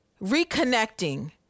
reconnecting